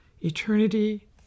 eternity